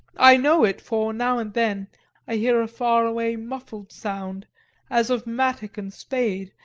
i know it, for now and then i hear a far-away muffled sound as of mattock and spade,